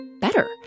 better